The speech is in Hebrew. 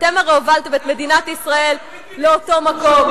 אתם הרי הובלתם את מדינת ישראל לאותו מקום,